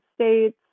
States